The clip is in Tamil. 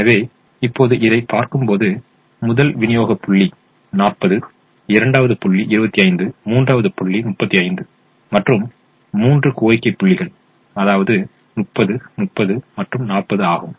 எனவே இப்போது இதைப் பார்க்கும்போது முதல் விநியோக புள்ளி 40 இரண்டாவது புள்ளி 25 மூன்றாவது புள்ளி 35 மற்றும் மூன்று கோரிக்கை புள்ளிகள் அதாவது 30 30 மற்றும் 40 ஆகும்